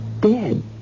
Dead